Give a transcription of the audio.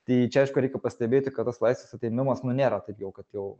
tai čia aišku reikia pastebėti kad tas laisvės atėmimas nu nėra taip jau kad jau